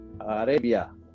Arabia